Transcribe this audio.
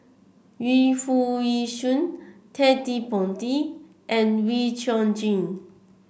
Yu Foo Yee Shoon Ted De Ponti and Wee Chong Jin